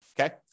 Okay